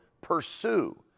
pursue